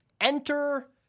Enter-